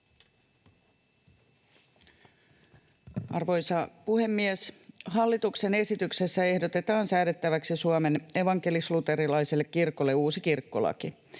Arvoisa puhemies! Hallituksen esityksessä ehdotetaan säädettäväksi Suomen evankelis-luterilaiselle kirkolle uusi kirkkolaki.